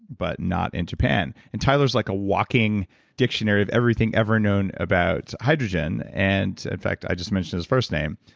but not in japan. japan. and tyler is like a walking dictionary of everything ever known about hydrogen and, in fact, i just mention his first name.